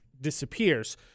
disappears